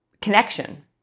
connection